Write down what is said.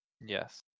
Yes